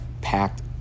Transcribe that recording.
packed